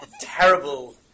terrible